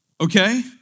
Okay